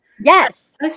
Yes